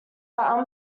are